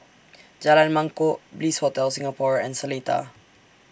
Jalan Mangkok Bliss Hotel Singapore and Seletar